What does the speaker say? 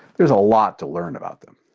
there's a lot to learn about them.